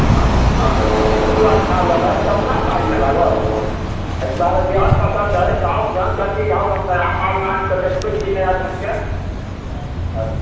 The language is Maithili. हँ सभटा पाइ ने लागत एहि दुआरे जेहन पसन्द अछि आओर ढङ्ग कऽ चीज आओर हम नया माल आनिके देखबै छी नया ढङ्गके यऽ